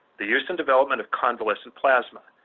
the use and development of convalescent plasma,